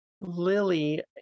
Lily